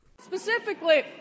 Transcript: specifically